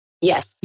Yes